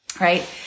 right